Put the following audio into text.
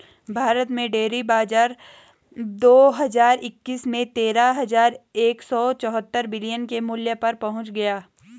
भारत में डेयरी बाजार दो हज़ार इक्कीस में तेरह हज़ार एक सौ चौहत्तर बिलियन के मूल्य पर पहुंच गया